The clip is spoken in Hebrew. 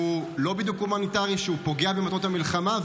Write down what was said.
שהוא לא בדיוק הומניטרי, שהוא פוגע במטרות המלחמה?